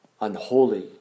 unholy